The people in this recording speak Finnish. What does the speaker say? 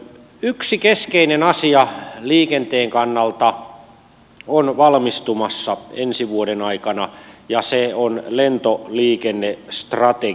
yksi keskeinen asia liikenteen kannalta on valmistumassa ensi vuoden aikana ja se on lentoliikennestrategia